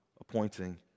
appointing